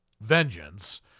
vengeance